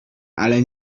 ale